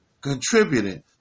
contributing